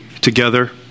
together